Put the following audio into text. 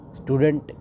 student